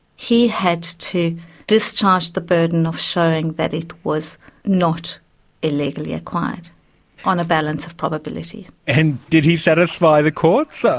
he had to discharge the burden of showing that it was not illegally acquired on a balance of probability. and did he satisfy the courts? so